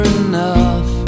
enough